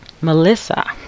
Melissa